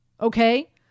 okay